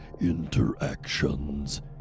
interactions